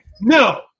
No